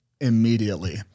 immediately